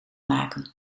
maken